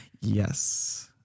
yes